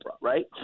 right